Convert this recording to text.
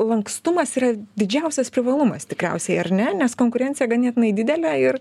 lankstumas yra didžiausias privalumas tikriausiai ar ne nes konkurencija ganėtinai didelė ir